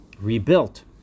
rebuilt